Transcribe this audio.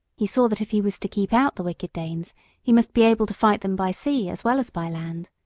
he saw that if he was to keep out the wicked danes he must be able to fight them by sea as well as by land.